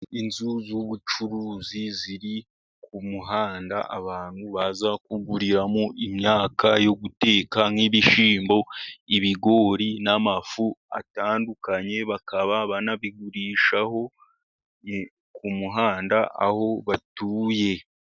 Inzu z'ubucuruzi ziri ku muhanda abantu baza kuguriramo imyaka yo guteka nk'ibishyimbo, ibigori, n'amafu atandukanye, bakaba banabigurishaho ku muhanda aho batuye.